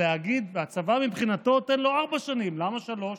הצבא מבחינתו, תן לו ארבע שנים, למה שלוש?